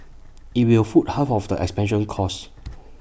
IT will foot half of the expansion costs